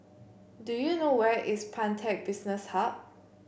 do you know where is Pantech Business Hub